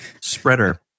spreader